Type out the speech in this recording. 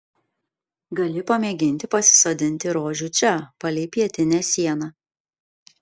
gali pamėginti pasisodinti rožių čia palei pietinę sieną